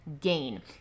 gain